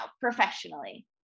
professionally